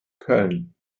köln